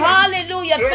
Hallelujah